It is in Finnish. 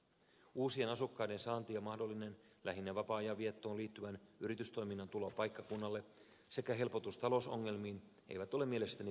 uusien asukkaiden saanti ja mahdollinen lähinnä vapaa ajan viettoon liittyvän yritystoiminnan tulo paikkakunnalle sekä helpotus talousongelmiin eivät ole mielestäni perusteltuja syitä